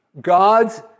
God's